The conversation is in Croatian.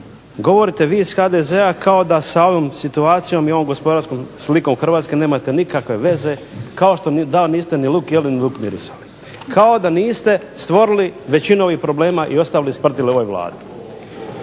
Govorite vi iz HDZ-a kao da sa ovom situacijom i ovom gospodarskom slikom Hrvatske nemate nikakve veze kao što da niste ni luk jeli ni luk mirisali. Kao da niste stvorili većinu ovih problema i ostavili …/Govornik se